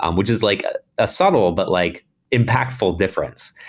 um which is like ah a subtle but like impactful difference.